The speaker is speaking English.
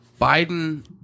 biden